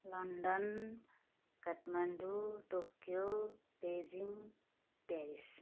London Kathmandu Tokyo Beijing Paris